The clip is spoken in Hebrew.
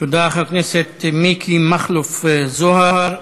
תודה לחבר הכנסת מכלוף מיקי זוהר.